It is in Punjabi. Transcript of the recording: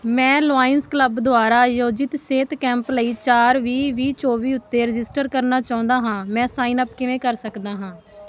ਮੈਂ ਲੋਆਇਨਸ ਕਲੱਬ ਦੁਆਰਾ ਆਯੋਜਿਤ ਸਿਹਤ ਕੈਂਪ ਲਈ ਚਾਰ ਵੀਹ ਵੀਹ ਚੌਵੀ ਉੱਤੇ ਰਜਿਸਟਰ ਕਰਨਾ ਚਾਹੁੰਦਾ ਹਾਂ ਮੈਂ ਸਾਈਨਅਪ ਕਿਵੇਂ ਕਰ ਸਕਦਾ ਹਾਂ